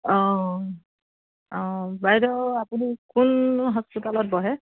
অ' অ' বাইদ' আপুনি কোন হস্পিটালত বহে